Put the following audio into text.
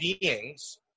beings